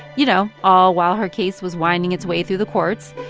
you know, all while her case was winding its way through the courts.